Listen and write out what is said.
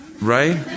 Right